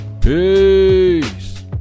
Peace